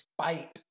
spite